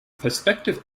perspective